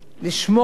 ולשמר